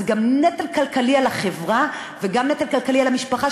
אז זה גם נטל כלכלי על החברה וגם נטל כלכלי על המשפחה,